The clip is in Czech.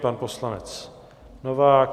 Pan poslanec Novák.